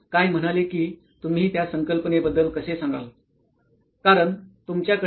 नितीन काय म्हणाले कि तुम्ही त्या संकल्पने बद्दल कसे सांगाल